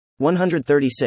136